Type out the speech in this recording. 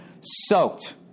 soaked